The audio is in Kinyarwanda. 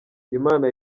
imana